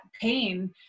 pain